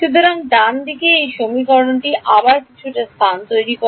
সুতরাং ডানদিকে এই সমীকরণটি আবার কিছুটা স্থান তৈরি করে